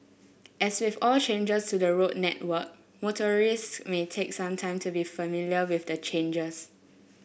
as with all changes to the road network motorists may take some time to be familiar with the changes